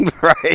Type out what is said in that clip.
Right